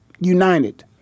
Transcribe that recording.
united